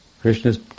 Krishna's